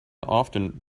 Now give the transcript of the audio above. often